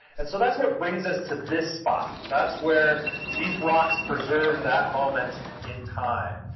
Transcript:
and so that's what brings us to this spot. that's where these rocks preserve that moment in time.